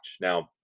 now